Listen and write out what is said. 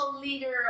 leader